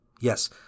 Yes